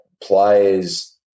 players